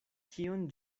kion